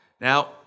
Now